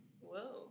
whoa